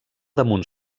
damunt